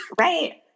right